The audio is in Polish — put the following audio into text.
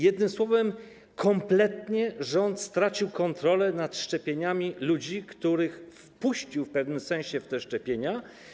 Jednym słowem kompletnie rząd stracił kontrolę nad szczepieniami ludzi, których wpuścił w pewnym sensie w te szczepienia.